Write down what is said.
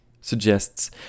suggests